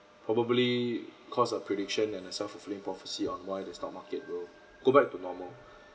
probably cause a prediction and a self fulfilling prophecy on why the stock market will go back to normal